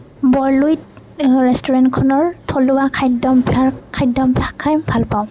বৰলুইত ৰেষ্টুৰেণ্টখনৰ থলুৱা খাদ্যাভ্যাস খাদ্যাভ্যাস খাই ভাল পাওঁ